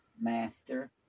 Master